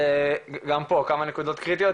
גם פה העלית כמה נקודות קריטיות,